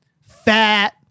Fat